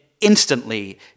Instantly